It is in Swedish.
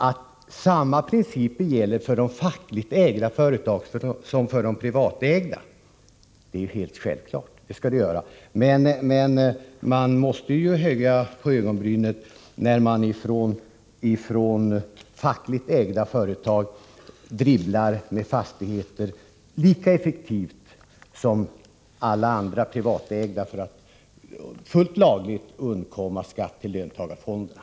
Att samma principer skall gälla för de fackligt ägda företagen som för de privatägda är helt självklart, men man måste höja på ögonbrynen när fackligt ägda företag dribblar med fastigheter lika effektivt som de privatägda företagen för att fullt lagligt undkomma avgifter till löntagarfonderna.